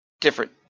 Different